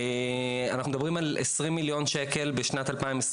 אנחנו מדברים על עשרים מיליון שקל בשנת 2021,